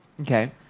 Okay